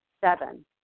Seven